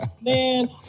Man